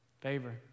Favor